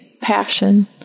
passion